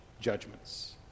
judgments